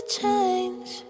change